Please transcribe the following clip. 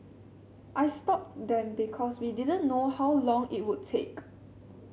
I stopped them because we didn't know how long it would take